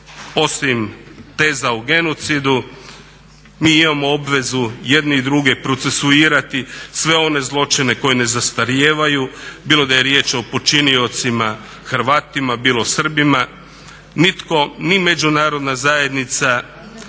osim teza o genocidu. Mi imamo obvezu jedni druge procesuirati sve one zločine koji ne zastarijevaju, bilo da je riječ o počiniocima Hrvatima bilo Srbima. Nitko, ni međunarodna zajednica